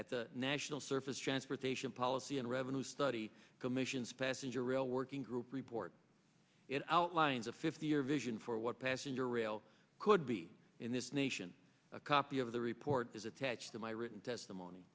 at the national surface transportation policy and revenue study commission's passenger rail working group report it outlines a fifty year vision for what passenger rail could be in this nation a copy of the report is attached to my written testimony